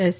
S